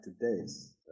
today's